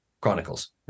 Chronicles